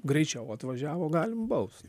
greičiau atvažiavo galim baust